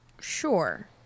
Sure